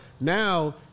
now